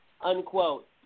unquote